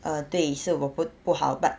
err 对是我不不好 but